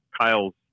Kyle's